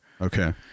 Okay